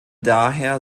daher